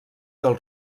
del